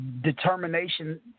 determination